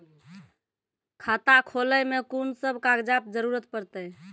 खाता खोलै मे कून सब कागजात जरूरत परतै?